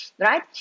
right